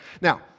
Now